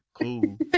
Cool